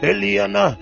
Eliana